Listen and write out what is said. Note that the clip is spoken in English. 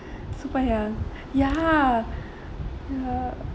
super young ya uh